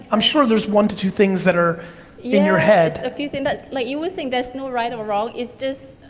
i'm sure there's one to two things that are in your head. yeah, a few things, like you were saying there's no right or wrong, it's just,